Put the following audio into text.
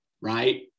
Right